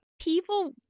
People